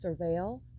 surveil